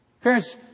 Parents